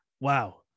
Wow